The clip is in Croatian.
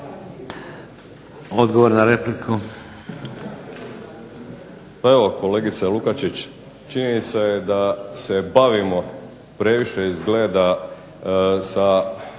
Odgovor na repliku.